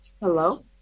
Hello